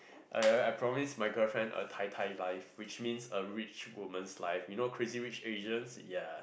I I promise my girlfriend a Tai Tai life which means a rich woman's life you know Crazy-Rich-Asians ya